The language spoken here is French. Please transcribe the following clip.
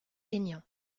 aignan